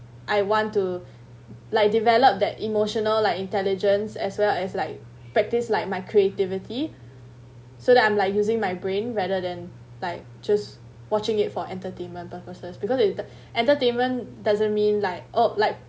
I want to like develop that emotional like intelligence as well as light practice like my creativity so that I'm like using my brain rather than like just watching it for entertainment purposes because enter~ entertainment doesn't mean like oh like